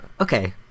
okay